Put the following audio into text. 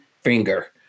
finger